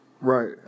right